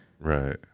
Right